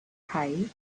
hei